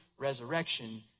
Resurrection